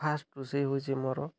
first ରୋଷେଇ ହେଉଛି ମୋର